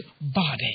body